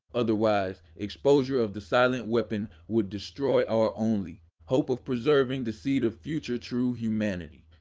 otherwise, exposure of the silent weapon would destroy our only hope of preserving the seed of future true humanity.